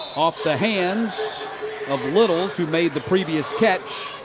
off the hands of littles who made the previous catch.